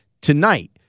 tonight